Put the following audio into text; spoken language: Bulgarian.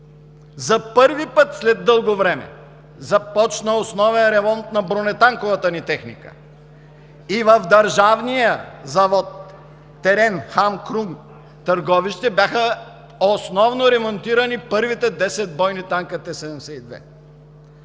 За първи път след дълго време започна основен ремонт на бронетанковата ни техника. И в държавния завод „ТЕРЕМ – Хан Крум“ – Търговище, бяха основно ремонтирани първите 10 бойни танка Т-72.